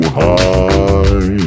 high